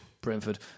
Brentford